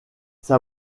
ça